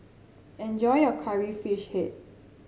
enjoy your Curry Fish Head